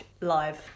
live